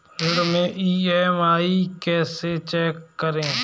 ऋण की ई.एम.आई कैसे चेक करें?